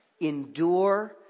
Endure